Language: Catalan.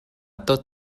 tot